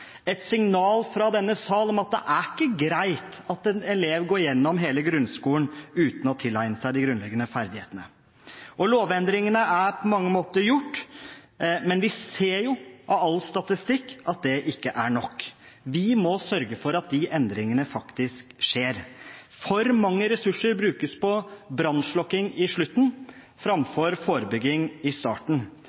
et signal fra denne sal om at det ikke er greit at en elev går gjennom hele grunnskolen uten å tilegne seg de grunnleggende ferdighetene. Lovendringene er på mange måter gjort, men vi ser jo av all statistikk at det ikke er nok. Vi må sørge for at de endringene faktisk skjer. For mange ressurser brukes på brannslokking på slutten framfor forebygging i starten.